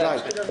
די.